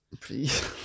please